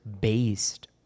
based